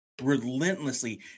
relentlessly